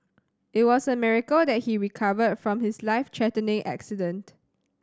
it was a miracle that he recovered from his life threatening accident